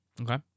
Okay